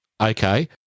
Okay